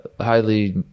highly